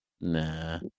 Nah